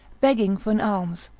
begging for an alms,